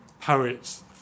poets